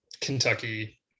Kentucky